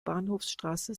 bahnhofsstraße